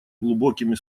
глубокими